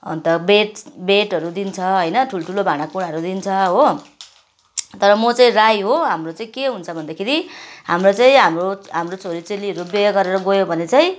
अन्त बेड बेडहरू दिन्छ होइन ठुल्ठुलो भाँडाकुँडाहरू दिन्छ हो तर म चाहिँ राई हो हाम्रो चाहिँ के हुन्छ भन्दाखेरि हाम्रो चाहिँ हाम्रो हाम्रो छोरीचेलीहरू बिहे गरेर गयो भने चाहिँ